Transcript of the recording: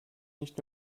nicht